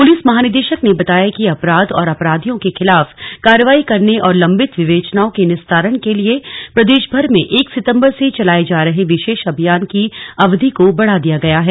police महानिदेशक ने बताया कि अपराध और अपराधियों के खिलाफ कार्रवाई करने और लंबित विवेचनाओं के निस्तारण के लिए प्रदेशभर में एक सितम्बर से चलाये जा रहे विशेष अभियान की अवधि को बढ़ाया गया है